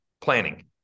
planning